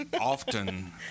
often